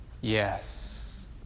Yes